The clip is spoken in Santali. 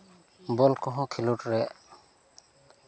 ᱵᱚᱞ ᱠᱚᱦᱚᱸ ᱠᱷᱮᱞᱳᱰ ᱨᱮ